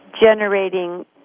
generating